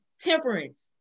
temperance